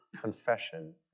confession